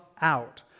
out